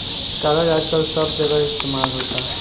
कागज आजकल सब जगह इस्तमाल होता